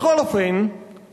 בכל אופן,